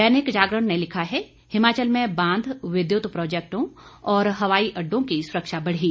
दैनिक जागरण ने लिखा है हिमाचल में बांध विद्युत प्रोजेक्टों और हवाई अडडों की सुरक्षा बढ़ी